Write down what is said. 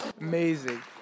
amazing